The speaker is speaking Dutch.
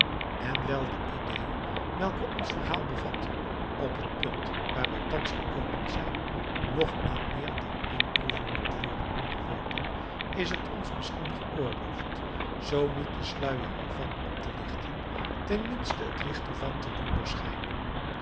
en wijl de idée welke ons verhaal bevat op het punt waar wij thans gekomen zijn nog aan meer dan een proeve moet worden onderworpen is het ons misschien geoorloofd zoo niet den sluier ervan op te lichten ten minste het licht ervan te doen